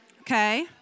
Okay